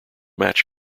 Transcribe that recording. match